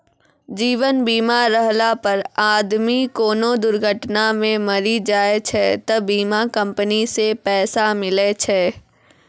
जीवन बीमा रहला पर आदमी कोनो दुर्घटना मे मरी जाय छै त बीमा कम्पनी से पैसा मिले छै